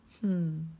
Hmm